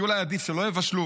(כי אולי עדיף שלא יבשלו...)